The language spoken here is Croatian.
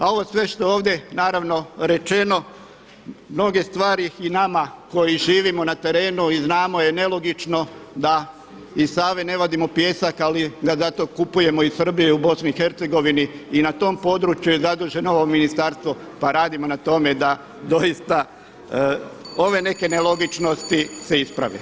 A ovo sve što je ovdje naravno rečeno mnoge stvari i nama koji živimo na terenu i znamo je nelogično da iz Save ne vadimo pijesak ali ga zato kupujemo iz Srbije i BiH i na tom području je zaduženo ovo ministarstvo pa radimo na tome da doista ove neke nelogičnosti se isprave.